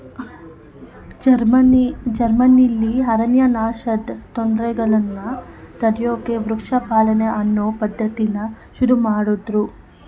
ಜರ್ಮನಿಲಿ ಅರಣ್ಯನಾಶದ್ ತೊಂದ್ರೆಗಳನ್ನ ತಡ್ಯೋಕೆ ವೃಕ್ಷ ಪಾಲನೆ ಅನ್ನೋ ಪದ್ಧತಿನ ಶುರುಮಾಡುದ್ರು